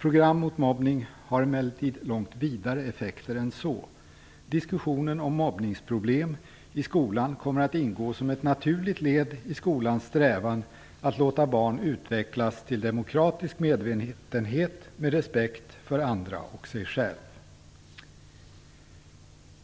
Program mot mobbning har emellertid långt vidare effekter än så. Diskussionen om mobbningsproblemet i skolan kommer att ingå som ett naturligt led i skolans strävan att låta barn utvecklas till demokratisk medvetenhet med respekt för andra och sig själva.